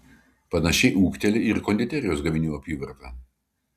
panašiai ūgteli ir konditerijos gaminių apyvarta